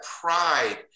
pride